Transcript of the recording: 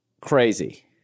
crazy